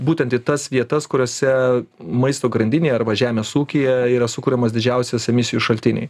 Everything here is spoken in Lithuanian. būtent į tas vietas kuriose maisto grandinėje arba žemės ūkyje yra sukuriamas didžiausias emisijų šaltiniai